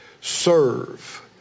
Serve